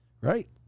Right